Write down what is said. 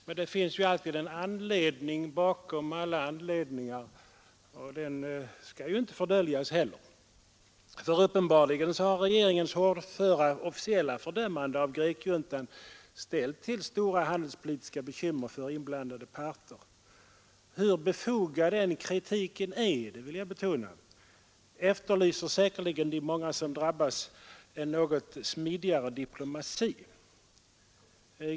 Men det finns ju alltid en anledning bakom alla anledningar, och den bör ju inte heller fördöljas. Uppenbarligen har regeringens hårdföra officiella fördömande av grekjuntan ställt till stora handelspolitiska bekymmer för inblandade parter. Hur befogad kritiken än är — det vill jag betona — efterlyser säkerligen de många som drabbas en något smidigare diplomati.